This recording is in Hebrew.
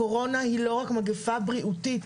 הקורונה לא רק מגיפה בריאותית,